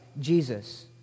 Jesus